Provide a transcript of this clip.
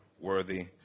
Worthy